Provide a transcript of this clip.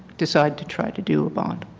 decide to try to do a bond.